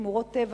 שמורות טבע